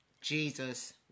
Jesus